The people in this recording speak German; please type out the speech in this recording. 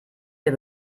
der